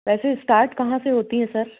वैसे स्टार्ट कहाँ से होती हैं सर